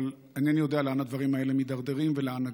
אבל אינני יודע לאן הדברים האלה מידרדרים ולאן נגיע.